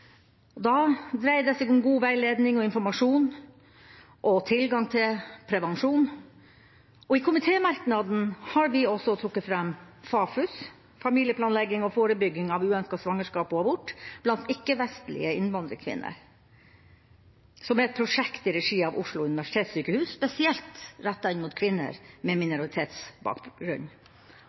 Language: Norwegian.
høy. Da dreier det seg om god veiledning og informasjon om og tilgang til prevensjon. I komitémerknaden har vi også trukket fram FAFUS, familieplanlegging og forebygging av uønsket svangerskap og abort blant ikke-vestlige innvandrerkvinner, som er et prosjekt i regi av Oslo Universitetssykehus – spesielt rettet inn mot kvinner med minoritetsbakgrunn.